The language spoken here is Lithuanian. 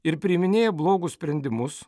ir priiminėja blogus sprendimus